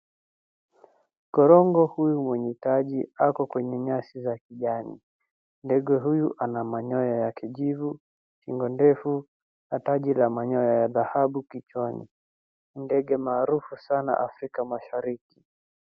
Korongo huyu mwenye taji ako kwenye nyasi za kijani. Ndege huyu ana manyoya ya kijivu, shingo ndefu na taji la manyoya ya dhahabu kichwani. Ni ndege maarufu sana Afrika Mashariki.